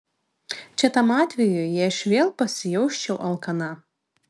čia tam atvejui jei aš vėl pasijausčiau alkana